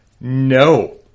No